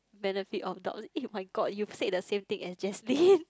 benefit on top eh my god you said the same thing as Jaslyn